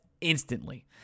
instantly